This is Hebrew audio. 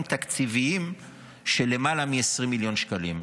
תקציביים של למעלה מ-20 מיליון שקלים.